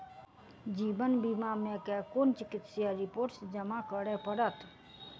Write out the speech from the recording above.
जीवन बीमा मे केँ कुन चिकित्सीय रिपोर्टस जमा करै पड़त?